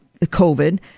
covid